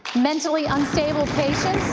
mentally unstable patients